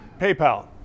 PayPal